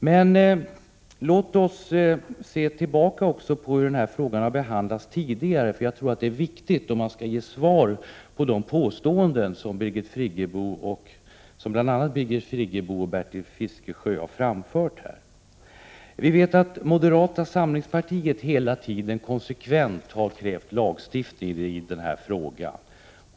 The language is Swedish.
Låt oss också se tillbaka på hur denna fråga har behandlats tidigare. Det är viktigt om man skall kunna bemöta de påståenden som bl.a. Birgit Friggebo och Bertil Fiskesjö har framfört här. Vi vet att moderata samlingspartiet hela tiden konsekvent har krävt lagstiftning i denna fråga.